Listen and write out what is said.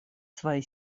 свои